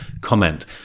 comment